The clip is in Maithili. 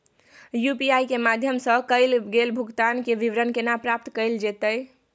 यु.पी.आई के माध्यम सं कैल गेल भुगतान, के विवरण केना प्राप्त कैल जेतै?